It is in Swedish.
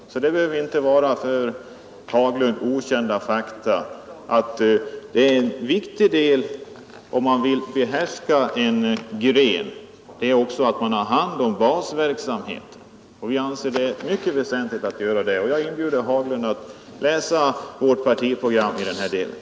Det bör inte vara okänt för herr Haglund att om man vill behärska en näringsgren är det viktigt att ha hand om basindustrin. Vi anser att det är något mycket väsentligt.